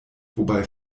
wobei